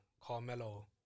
Carmelo